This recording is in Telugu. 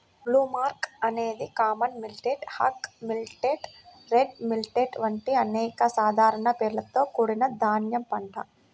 బ్రూమ్కార్న్ అనేది common millet, hog millet, red millet వంటి అనేక సాధారణ పేర్లతో కూడిన ధాన్యం పంట